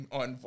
on